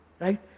Right